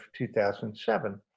2007